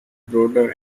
broader